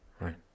right